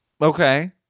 Okay